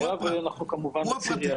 אנחנו עובדים בזה ימים ולילות,